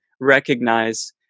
recognize